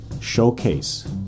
showcase